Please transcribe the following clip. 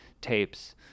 tapes